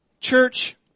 Church